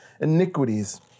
iniquities